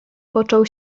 począł